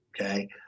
okay